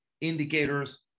indicators